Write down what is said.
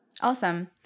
Awesome